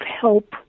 help